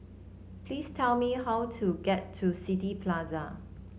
please tell me how to get to City Plaza